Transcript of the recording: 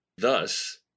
Thus